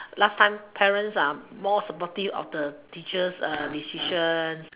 last time parents are more supportive of the teacher's uh decisions